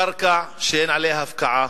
קרקע שאין עליה הפקעה,